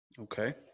Okay